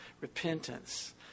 repentance